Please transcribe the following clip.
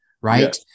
right